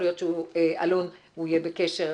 אלון - יהיה בקשר,